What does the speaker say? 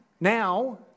now